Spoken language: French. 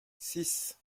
six